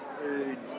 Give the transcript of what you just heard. food